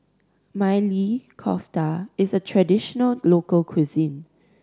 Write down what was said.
Maili Kofta is a traditional local cuisine